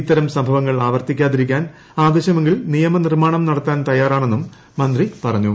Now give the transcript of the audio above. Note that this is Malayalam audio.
ഇത്തരം സംഭവങ്ങൾ ആവർത്തിക്കാതിരിക്കാൻ ആവശ്യമെങ്കിൽ നിയമനിർമ്മാണം നടത്താൻ തയ്യാറാണെന്നും മന്ത്രി പറഞ്ഞു